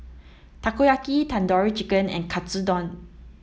Takoyaki Tandoori Chicken and Katsudon